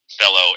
fellow